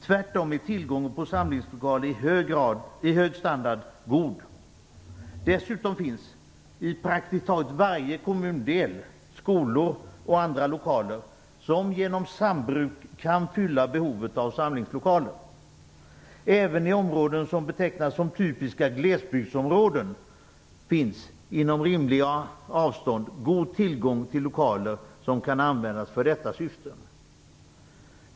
Tvärtom är tillgången på samlingslokaler av hög standard god. Dessutom finns i praktiskt taget varje kommundel skolor och andra lokaler som genom sambruk kan fylla behovet av samlingslokaler. Även i områden som betecknas som typiska glesbygdsområden finns inom rimliga avstånd god tillgång till lokaler som kan användas för detta syfte.